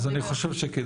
כן, אז אני חושב שכדאי.